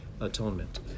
atonement